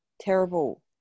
terrible